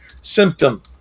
symptom